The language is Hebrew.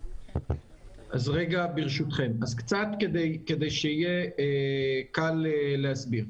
אז קצת כדי שיהיה קל להסביר.